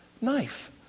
knife